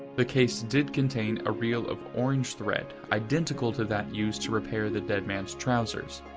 the case did contain a reel of orange thread identical to that used to repair the dead man's trousers,